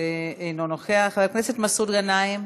אינו נוכח, חבר הכנסת מסעוד גנאים,